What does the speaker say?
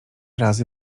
razy